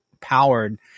powered